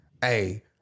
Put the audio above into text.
hey